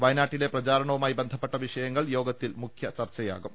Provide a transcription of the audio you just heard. വയനാട്ടിലെ പ്രചാരണവുമായി ബന്ധപ്പെട്ട വിഷയങ്ങൾ യോഗത്തിൽ മുഖ്യ ചർച്ചയായേക്കും